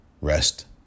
Rest